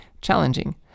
challenging